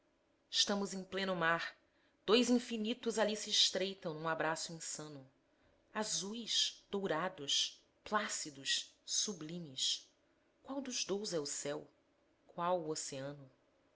stamos em pleno mar dois infinitos ali se estreitam num abraço insano azuis dourados plácidos sublimes qual dos dous é o céu qual o oceano